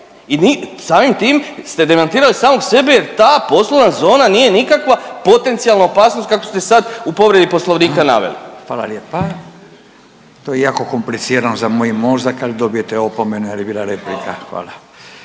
i samim tim ste demantirali samog sebe jer ta poslovna zona nije nikakva potencijalna opasnost kako ste sad u povredi poslovnika naveli. **Radin, Furio (Nezavisni)** Hvala lijepa. Meni je jako komplicirano za moj mozak, ali dobijate opomenu jel je bila replika. Hvala.